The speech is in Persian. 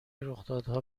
رخدادها